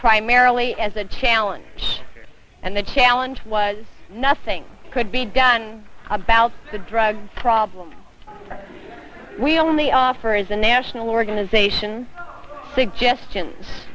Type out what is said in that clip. primarily as a challenge and the challenge was nothing could be done about the drug problem we only offer is a national organization